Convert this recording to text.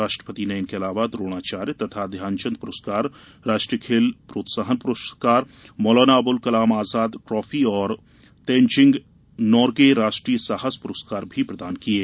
राष्ट्रपति ने इनके अलावा द्रोणाचार्य तथा ध्यानचंद पुरस्कार राष्ट्रीय खेल प्रोत्साहन पुरस्कार मौलाना अबुल कलाम आजाद ट्रॉफी और तेनजिंग नोर्गे राष्ट्रीय साहस पुरस्कार भी प्रदान किये